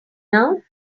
now